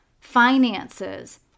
finances